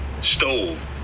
stove